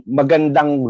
magandang